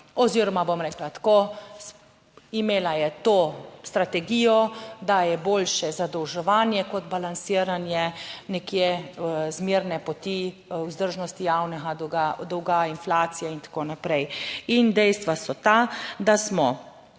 oziroma bom rekla tako, imela je to strategijo, da je boljše zadolževanje kot balansiranje nekje zmerne poti, vzdržnosti javnega dolga, inflacije in tako naprej in dejstva so ta, da smo